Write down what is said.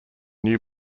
new